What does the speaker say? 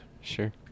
Sure